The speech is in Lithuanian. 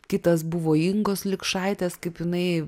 kitas buvo ingos likšaitės kaip jinai